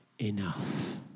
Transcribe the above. enough